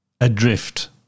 adrift